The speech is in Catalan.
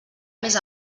més